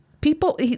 People